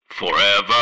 FOREVER